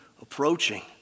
approaching